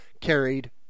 carried